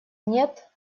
нет